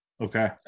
okay